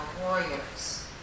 warriors